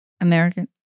American